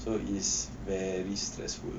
so is very stressful